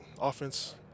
offense